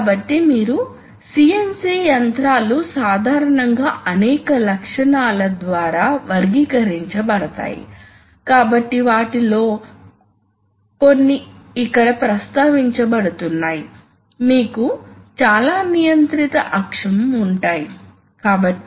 కాబట్టి ఇది తీసివేయబడితే సిస్టమ్ ఎగ్జాస్ట్ కు అనుసంధానించబడుతుంది ఇది ఎగ్జాస్ట్ కాబట్టి ఏదైనా ఈ ఇన్పుట్ లో ఒకటి తీసివేయబడితే అప్పుడు సిస్టమ్ ఎగ్జాస్ట్కు అనుసంధానించబడుతుంది రెండూ తీసినప్పటికీ అది ఎగ్జాస్ట్కు అనుసంధానించబడి ఉంది కాబట్టి ఇది AND లాజిక్